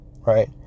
right